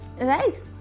right